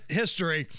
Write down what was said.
history